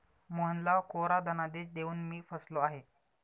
मोहनला कोरा धनादेश देऊन मी फसलो आहे